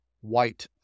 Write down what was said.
white